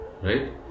Right